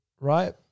right